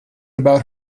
about